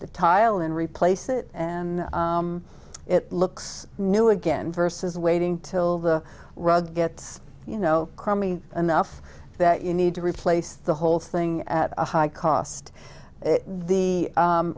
the tile and replace it and it looks new a again versus waiting till the rug gets you know crummy enough that you need to replace the whole thing at a high cost the